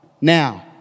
Now